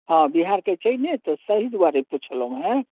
हँ बिहारके छै ने तऽ ताहि दुआरे पुछलहुँ हँ